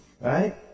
right